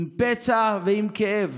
עם פצע ועם כאב.